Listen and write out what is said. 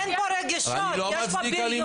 אין פה רגשות, יש פה בריונות.